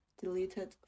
Deleted